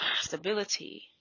stability